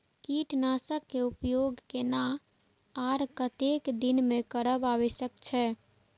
कीटनाशक के उपयोग केना आर कतेक दिन में करब आवश्यक छै?